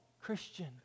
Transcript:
Christian